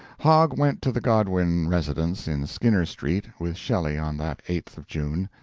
hogg went to the godwin residence in skinner street with shelley on that eighth of june.